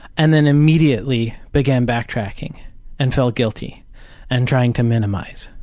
and then immediately began backtracking and felt guilty and trying to minimize,